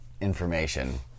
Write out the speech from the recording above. Information